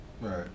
Right